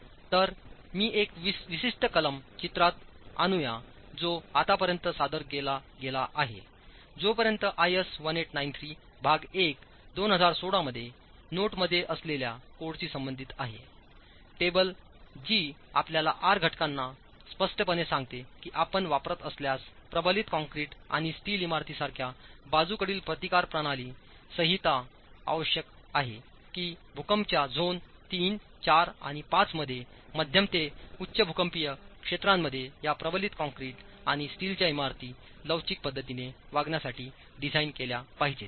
तर मी एक विशिष्ट कलम चित्रात आणूया जो आतापर्यंत सादर केला गेला आहे जोपर्यंत आयएस 1893 भाग 1 2016 मध्ये नोटमध्ये असलेल्या कोडची संबंधित आहे टेबल जी आपल्याला आर घटकांना स्पष्टपणे सांगते की आपण वापरत असल्यासप्रबलित काँक्रीट आणि स्टील इमारती यासारख्याबाजूकडील प्रतिकार प्रणाली संहिता आवश्यक आहे की भूकंपाच्या झोन III IV आणि V मध्ये मध्यम ते उच्च भूकंपीय क्षेत्रांमध्ये या प्रबलित कंक्रीट आणि स्टीलच्या इमारती लवचिक पद्धतीने वागण्यासाठी डिझाइन केल्या पाहिजेत